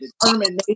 determination